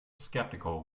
skeptical